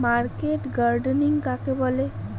Market gardening কাকে বলে?